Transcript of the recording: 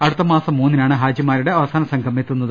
അടുത്ത മാസം മൂന്നിനാണ് ഹാജിമാരുടെ അവസാന സംഘം എത്തു ക